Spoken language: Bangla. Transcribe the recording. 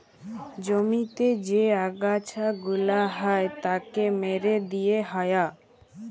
জমিতে যে আগাছা গুলা হ্যয় তাকে মেরে দিয়ে হ্য়য়